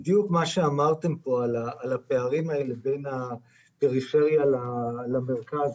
בדיוק מה שאמרתם על הפערים בין הפריפריה למרכז